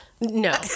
No